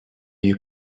you